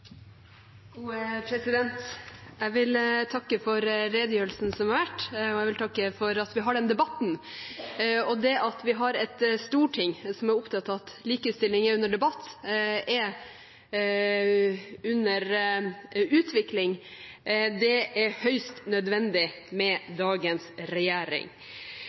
Jeg vil takke for redegjørelsen som har vært, og jeg vil takke for denne debatten. Det at vi har et storting som er opptatt av at likestilling er under utvikling, er høyst nødvendig med dagens regjering,